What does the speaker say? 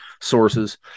sources